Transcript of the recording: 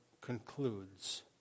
concludes